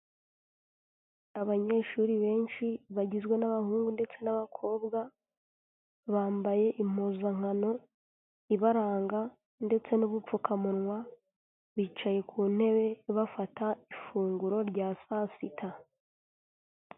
Abanyeshuri benshi bagizwe n'abahungu ndetse n'abakobwa, bambaye impuzankano ibaranga ndetse n'ubupfukamunwa bicaye ku ntebe bafata ifunguro rya saa sita.